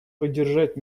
поддержать